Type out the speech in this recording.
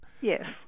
Yes